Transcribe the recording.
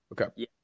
Okay